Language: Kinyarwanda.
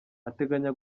ateganya